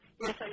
Yes